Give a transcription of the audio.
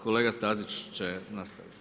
Kolega Stazić će nastaviti.